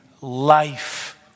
life